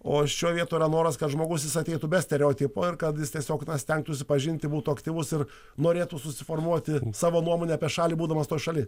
o šioj vietoj yra noras kad žmogus jis ateitų be stereotipų ar kad jis tiesiog stengtųsi pažinti būtų aktyvus ir norėtų susiformuoti savo nuomonę apie šalį būdamas toj šaly